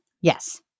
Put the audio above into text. Yes